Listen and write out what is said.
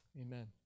Amen